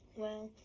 well,